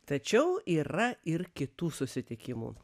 tačiau yra ir kitų susitikimų